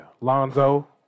Lonzo